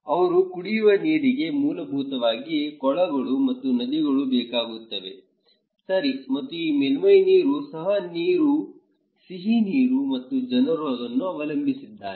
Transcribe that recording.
ಅವರ ಕುಡಿಯುವ ನೀರಿಗೆ ಮೂಲಭೂತವಾಗಿ ಕೊಳಗಳು ಮತ್ತು ನದಿಗಳು ಬೇಕಾಗುತ್ತವೆ ಸರಿ ಮತ್ತು ಈ ಮೇಲ್ಮೈ ನೀರು ಸಹ ಸಿಹಿ ನೀರು ಮತ್ತು ಜನರು ಅದನ್ನು ಅವಲಂಬಿಸಿದ್ದಾರೆ